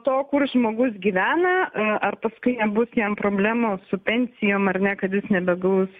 to kur žmogus gyvena ar paskui jam bus jam problemų su pensijom ar ne kad jis nebegaus